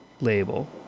label